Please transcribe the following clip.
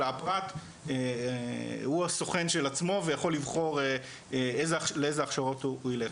אלא הפרט הוא הסוכן של עצמו ויכול לבחור לאיזה הכשרות הוא ילך,